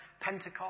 Pentecost